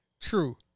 True